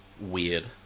weird